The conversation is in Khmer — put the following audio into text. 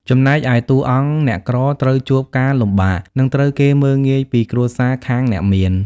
ចំណែកឯតួអង្គអ្នកក្រត្រូវជួបការលំបាក និងត្រូវគេមើលងាយពីគ្រួសារខាងអ្នកមាន។